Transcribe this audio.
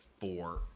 four